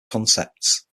concepts